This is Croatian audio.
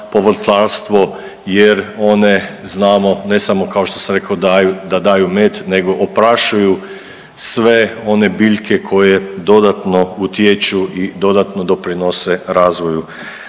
povrtlarstvo jer one znamo ne samo kao što sam rekao da daju med nego oprašuju sve one biljke koje dodatno utječu i dodatno doprinose razvoju